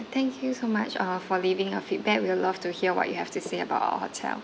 thank you so much uh for leaving a feedback we''ll love to hear what you have to say about our hotel